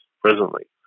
presently